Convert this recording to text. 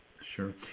Sure